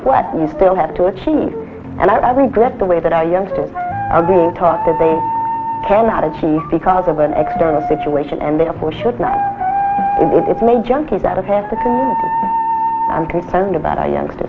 what you still have to achieve and i regret the way that our youngsters are being taught that they cannot achieve because of an external situation and therefore should not it's made junkies out of hand i'm concerned about our youngster